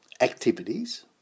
activities